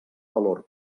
valor